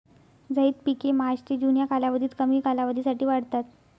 झैद पिके मार्च ते जून या कालावधीत कमी कालावधीसाठी वाढतात